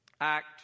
act